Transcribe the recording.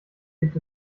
gibt